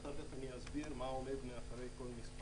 ואחר-כך אסביר מה עומד מאחורי כל מספר.